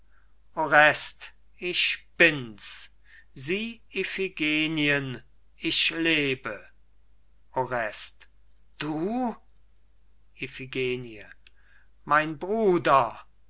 ich bin's sieh iphigenien ich lebe orest du iphigenie mein bruder